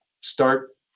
start